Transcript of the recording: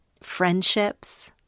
friendships